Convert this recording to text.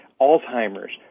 Alzheimer's